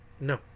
no